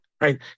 Right